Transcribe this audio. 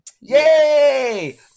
Yay